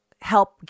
help